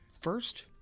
first